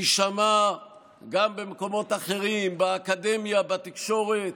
יישמע גם במקומות אחרים: באקדמיה, בתקשורת,